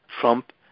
Trump